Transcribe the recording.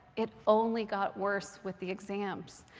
it only got worse with the exams,